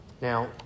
Now